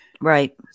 right